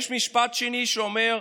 יש משפט שני, שאומר: